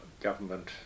government